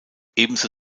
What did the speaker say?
ebenso